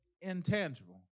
intangible